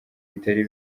bitari